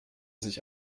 sich